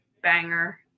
banger